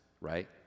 right